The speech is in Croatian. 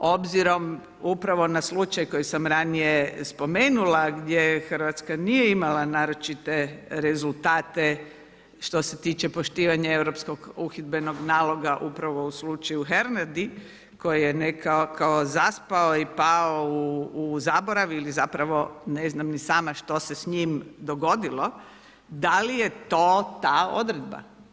Obzirom upravo na slučaj koji sam ranije spomenula gdje Hrvatska nije imala naročite rezultate što se tiče poštivanja europskog uhidbenog naloga upravo u slučaju Hernardi koji je ne kao zaspao i pao u zaborav ili zapravo ne znam ni sama što se s njim dogodilo, da li je to ta odredba?